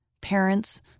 Parents